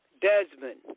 Desmond